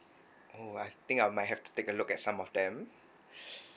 oh I think I might have to take a look at some of them